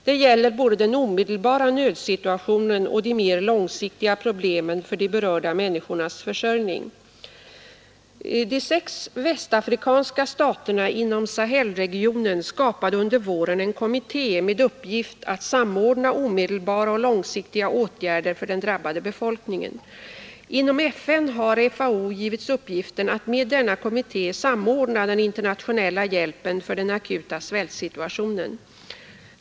Det gäller både den omedelbara nödsituationen och de mer långsiktiga problemen för de berörda människornas försörjning. De sex västafrikanska staterna inom Sahelregionen skapade under våren en kommitté med uppgift att samordna omedelbara och långsiktiga åtgärder för den drabbade befolkningen. Inom FN har FAO givits uppgiften att med denna kommitté samordna den internationella hjälpen för den akuta svältsituationen.